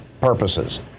purposes